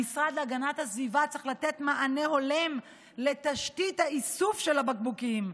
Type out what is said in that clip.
המשרד להגנת הסביבה צריך לתת מענה הולם לתשתית האיסוף של הבקבוקים,